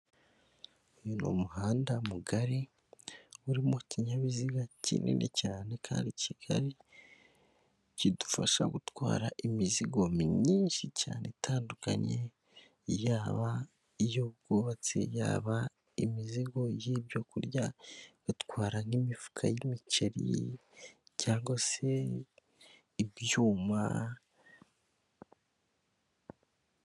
Uyu ni umuhanda mugari, urimo ikinyabiziga kinini cyane kandi kigari, kidufasha gutwara imizigo myinshi cyane itandukanye, yaba iy'ubwubatsi, yaba imizigo y'ibyo kurya, gutwara nk'imifuka y'imiceri cyangwag se ibyuma.